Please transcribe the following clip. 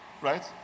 right